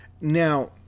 Now